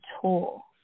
tool